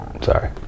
sorry